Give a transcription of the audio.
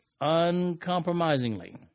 uncompromisingly